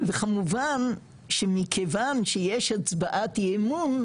וכמובן שמכיוון שיש הצבעת אי אמון,